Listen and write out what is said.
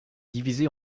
divisée